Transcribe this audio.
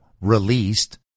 released